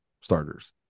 starters